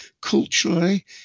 culturally